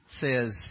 says